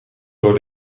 door